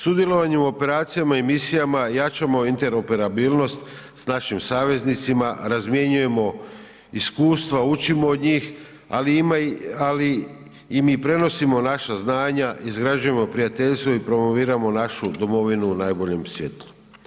Sudjelovanjem u operacijama i misijama jačamo interoperabilnost s našim saveznicima, razmjenjujemo iskustva, učimo od njih, ali i mi prenosimo naša znanja, izgrađujemo prijateljstvo i promoviramo našu domovinu u najboljem svjetlu.